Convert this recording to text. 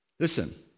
Listen